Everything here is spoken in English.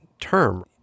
term